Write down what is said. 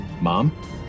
Mom